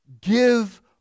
give